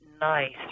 nice